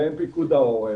בין פיקוד העורף,